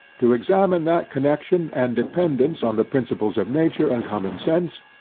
to examine that connexion and dependance, on the principles of nature and common sense,